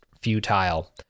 futile